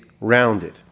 rounded